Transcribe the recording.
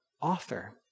author